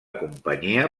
companyia